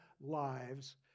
lives